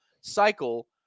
cycle